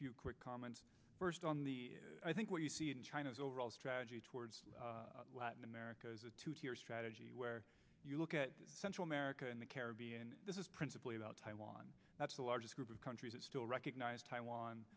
few quick comments first on the i think what you see in china's overall strategy towards america is a two tier strategy where you look at central america in the caribbean this is principally about taiwan that's the largest group of countries that still recognize taiwan